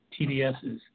TDSs